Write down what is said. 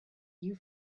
you